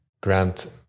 grant